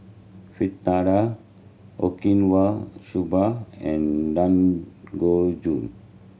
Fritada Okinawa Soba and Dangojiru